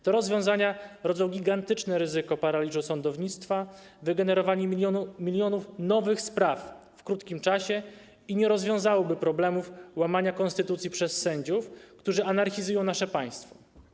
Te rozwiązania rodzą gigantyczne ryzyka paraliżu sądownictwa, wygenerowania milionów nowych spraw w krótkim czasie i nie rozwiązałyby one problemów łamania konstytucji przez sędziów, którzy anarchizują nasze państwo.